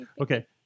Okay